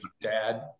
dad